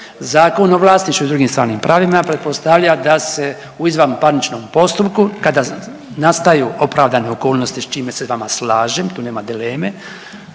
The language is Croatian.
Zakon o vlasništvu i drugim stvarnim pravima pretpostavlja da se u izvanparničnom postupku kada nastaju opravdane okolnosti, s čime s vama slažem tu nema dileme,